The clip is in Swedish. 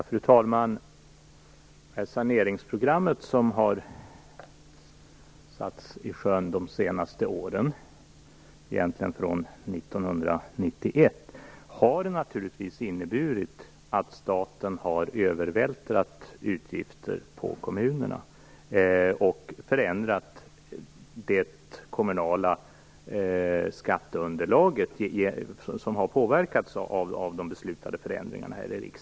Fru talman! Det saneringsprogram som har satts i sjön de senaste åren, egentligen från 1991, har naturligtvis inneburit att staten har övervältrat utgifter på kommunerna och förändrat det kommunala skatteunderlaget. Det har påverkats av de här i riksdagen beslutade förändringarna.